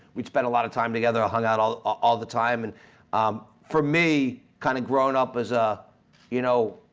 we'd spent a lot of time together and hung out all all the time, and um for me kind of growning up as a you know,